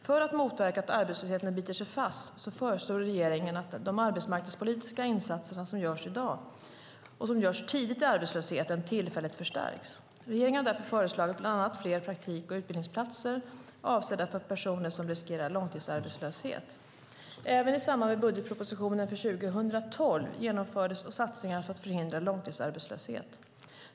För att motverka att arbetslösheten biter sig fast föreslår regeringen att de arbetsmarknadspolitiska insatser som i dag görs tidigt i arbetslösheten tillfälligt förstärks. Regeringen har därför föreslagit bland annat fler praktik och utbildningsplatser avsedda för personer som riskerar långtidsarbetslöshet. Även i samband med budgetpropositionen för 2012 genomfördes satsningar för att förhindra långtidsarbetslöshet.